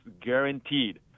guaranteed